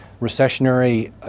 recessionary